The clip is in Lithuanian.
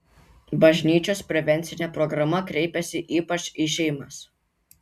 bažnyčios prevencinė programa kreipiasi ypač į šeimas